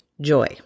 joy